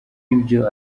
ibyo